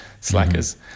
Slackers